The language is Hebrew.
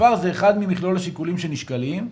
ספר זה אחד ממכלול השיקולים שנשקלים,